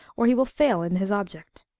or he will fail in his object.